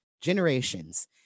generations